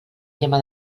tema